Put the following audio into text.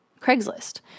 Craigslist